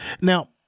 Now